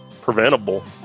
preventable